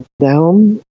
down